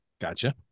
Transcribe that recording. Gotcha